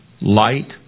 Light